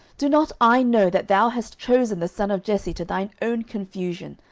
do not i know that thou hast chosen the son of jesse to thine own confusion,